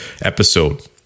episode